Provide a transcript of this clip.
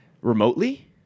remotely